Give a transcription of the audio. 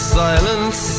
silence